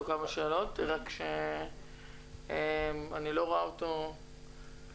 כמה שאלות רק שאני לא רואה אותו מתחבר.